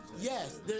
Yes